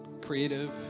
creative